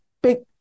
big